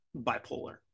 bipolar